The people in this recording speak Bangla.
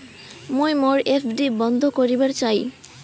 মুই মোর এফ.ডি বন্ধ করিবার চাই